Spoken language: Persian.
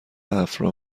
افرا